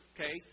okay